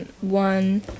one